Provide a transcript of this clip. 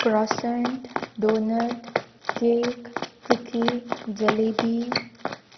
क्रॉसन donut cake cookie jalebi